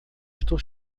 estou